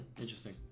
interesting